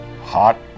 hot